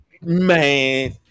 Man